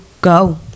go